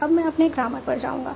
अब मैं अपने ग्रामर पर जाऊंगा